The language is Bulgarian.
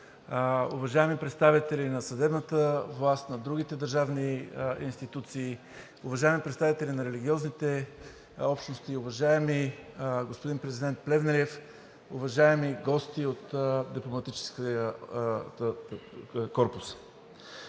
уважаеми представители на съдебната власт, на другите държавни институции, уважаеми представители на религиозните общности, уважаеми господин президент Плевнелиев, уважаеми гости от Дипломатическия корпус!